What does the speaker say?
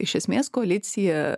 iš esmės koalicija